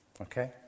Okay